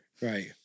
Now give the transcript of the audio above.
Right